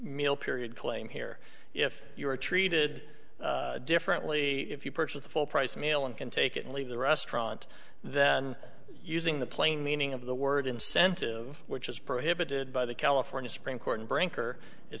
meal period claim here if you were treated differently if you purchased a full price meal and can take it or leave the restaurant then using the plain meaning of the word incentive which is prohibited by the california supreme court and brinker it